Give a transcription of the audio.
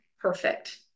perfect